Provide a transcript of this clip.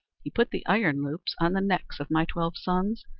he put the iron loops on the necks of my twelve sons,